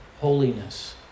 holiness